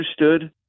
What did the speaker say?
understood